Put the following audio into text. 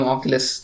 Oculus